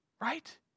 Right